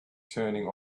turning